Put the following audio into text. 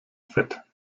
fett